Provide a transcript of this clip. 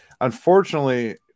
unfortunately